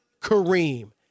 Kareem